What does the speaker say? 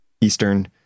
Eastern